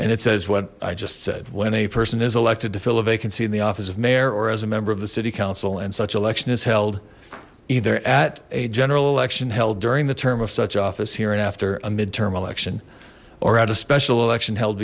and it says what i just said when a person is elected to fill a vacancy in the office of mayor or as a member of the city council and such election is held either at a general election held during the term of such office here and after a midterm election or at a special election held